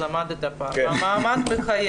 לגמרי.